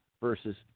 versus